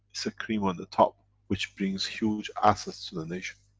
it's the cream on the top which brings huge assets to the nation.